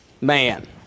man